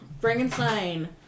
Frankenstein